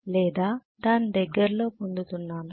4 లేదా దాని దగ్గరలోపొందుతున్నాను